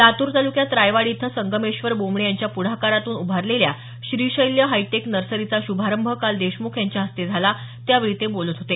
लातूर तालुक्यात रायवाडी इथं संगमेश्वर बोमणे यांच्या प्ढाकारातून उभारलेल्या श्रीशैल्य हायटेक नर्सरीचा श्रभारंभ काल देशमुख यांच्या हस्ते करण्यात आला त्यावेळी ते बोलत होते